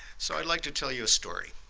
so i'd like to tell you a story.